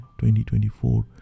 2024